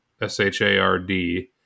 S-H-A-R-D